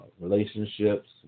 relationships